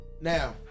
Now